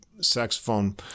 saxophone